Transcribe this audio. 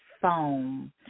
phone